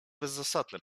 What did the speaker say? bezzasadne